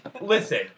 listen